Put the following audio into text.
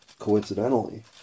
Coincidentally